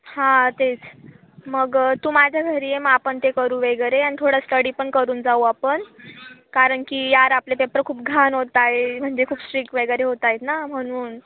हां तेच मग तू माझ्या घरी ये मग आपण ते करू वगैरे आणि थोडा स्टडी पण करून जाऊ आपण कारण की यार आपले पेपर खूप घाण होत आहे म्हणजे खूप स्ट्रिक्ट वगैरे होत आहेत ना म्हणून